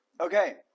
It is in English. Okay